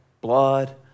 blood